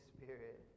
Spirit